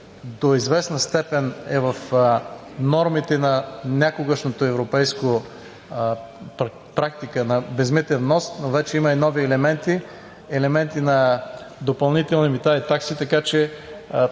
до известна степен е в нормите на някогашната европейска практика на безмитен внос, но има вече нови елементи, елементи на допълнителни мита и такси, така че